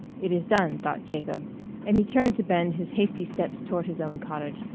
it is done, thought jacob and he turned to bend his hasty steps toward his own cottage,